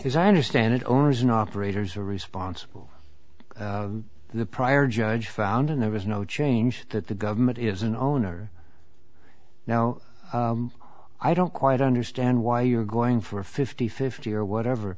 as i understand it owners and operators are responsible for the prior judge found and there is no change that the government is an owner now i don't quite understand why you're going for a fifty fifty or whatever